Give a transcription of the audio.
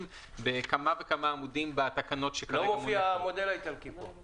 בכמה וכמה עמודים בתקנות -- לא מופיע המודל האיטלקי פה.